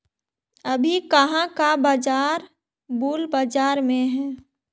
अभी कहाँ का बाजार बुल बाजार में है?